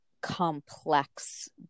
complex